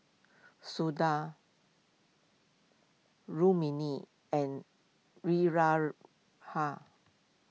Sundar Rukmini and